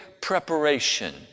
preparation